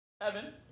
Evan